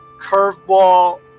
curveball